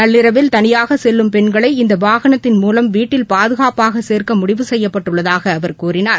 நள்ளிரவில் தனியாக செல்லும் பெண்களை இந்த வாகனத்தின் மூலம் வீட்டில் பாதுகாப்பாக சேர்க்க முடிவு செய்யப்பட்டுள்ளதாக அவர் கூறினார்